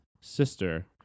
sister